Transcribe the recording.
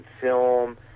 film